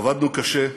עבדנו קשה,